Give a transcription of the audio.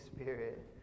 Spirit